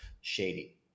shady